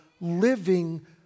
living